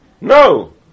no